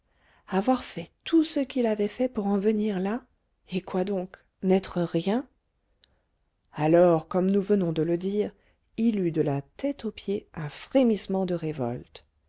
avoir fait tout ce qu'il avait fait pour en venir là et quoi donc n'être rien alors comme nous venons de le dire il eut de la tête aux pieds un frémissement de révolte